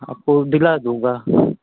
आपको दिखला दूंगा